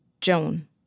Joan